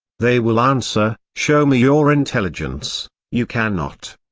they will answer, show me your intelligence you cannot.